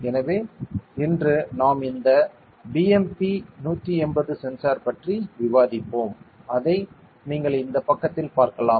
எனவே இன்று நாம் இந்த BMP 180 சென்சார் பற்றி விவாதிப்போம் அதை நீங்கள் இந்த பக்கத்தில் பார்க்கலாம்